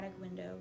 window